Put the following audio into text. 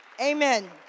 Amen